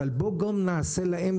אבל בואו נעשה גם להם,